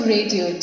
Radio